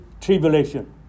tribulation